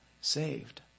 saved